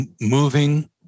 moving